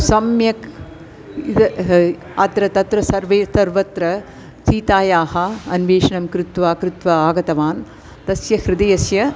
सम्यक् इदम् अत्र तत्र सर्वे सर्वत्र सीतायाः अन्वेषणं कृत्वा कृत्वा आगतवान् तस्य हृदयस्य